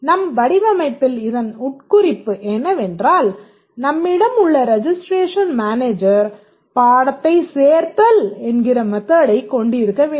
நம் வடிவமைப்பில் இதன் உட்குறிப்பு என்னவென்றால் நம்மிடம் உள்ள ரெஜிஸ்டரேஷன் மேனேஜர் பாடத்தைச் சேர்த்தல் என்கிற மெத்தடைக் கொண்டிருக்க வேண்டும்